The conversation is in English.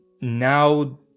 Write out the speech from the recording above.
now